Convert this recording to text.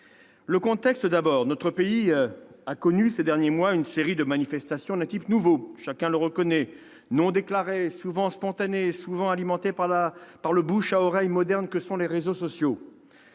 Le contexte, d'abord. Notre pays a connu ces derniers mois une série de manifestations d'un nouveau type, chacun le reconnaît : non déclarées, souvent spontanées, souvent alimentées par le bouche à oreille moderne que sont les réseaux sociaux.